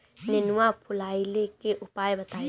नेनुआ फुलईले के उपाय बताईं?